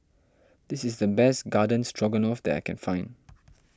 this is the best Garden Stroganoff that I can find